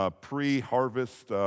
pre-harvest